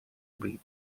breed